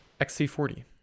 XC40